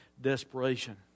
desperation